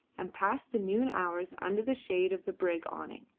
and passed the noon hours under the shade of the brig awning.